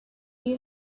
you